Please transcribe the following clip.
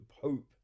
Pope